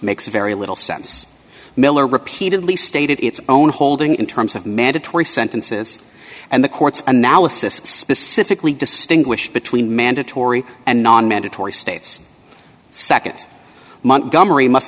makes very little sense miller repeatedly stated its own holding in terms of mandatory sentences and the court's analysis specifically distinguish between mandatory and non mandatory states nd month gunnery must